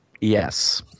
Yes